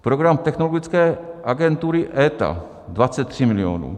Program Technologické agentury ÉTA, 23 milionů.